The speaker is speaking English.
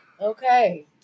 Okay